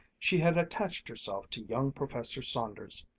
she had attached herself to young professor saunders,